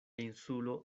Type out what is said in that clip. insulo